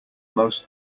most